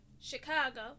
Chicago